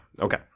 Okay